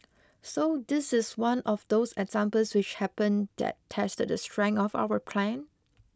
so this is one of those examples which happen that tested the strength of our plan